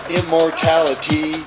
immortality